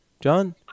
John